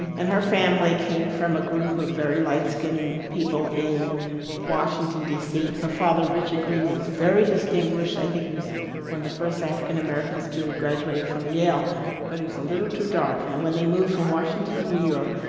and her family came from a group of very light skinned people in washington dc. her father richie greene was very distinguished. i think he was one of the first african americans to graduate from yale but it was a little too dark. and when they moved from washington to new york,